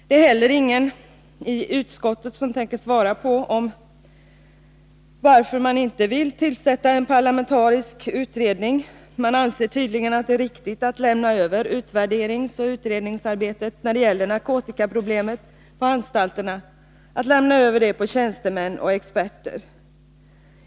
Det är heller ingen i utskottet som tänker svara på varför man inte vill tillsätta en parlamentarisk utredning. Man anser tydligen att det är riktigt att lämna över utvärderingsoch utredningsarbetet när det gäller narkotikaproblemet till tjänstemän och experter.